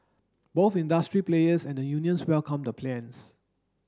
both industry players and the unions welcomed the plans